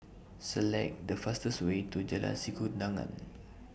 Select The fastest Way to Jalan Sikudangan